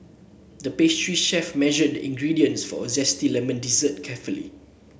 the pastry chef measured the ingredients for a zesty lemon dessert carefully